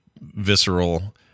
visceral